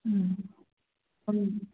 ம் ம்